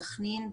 סכנין,